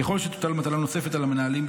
ככל שתוטל מטלה נוספת על המנהלים,